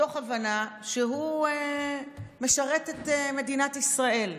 מתוך הבנה שהוא משרת את מדינת ישראל.